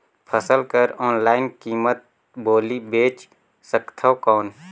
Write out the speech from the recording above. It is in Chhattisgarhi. फसल कर ऑनलाइन कीमत बोली बेच सकथव कौन?